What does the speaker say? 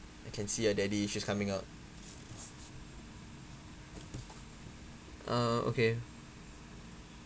I can see your daddy issues coming out uh okay